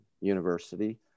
university